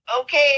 okay